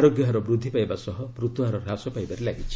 ଆରୋଗ୍ୟ ହାର ବୃଦ୍ଧି ପାଇବା ସହ ମୃତ୍ୟୁ ହାର ହ୍ରାସ ପାଇବାରେ ଲାଗିଛି